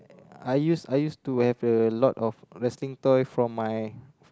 I used I used to have a lot of wrestling toy from my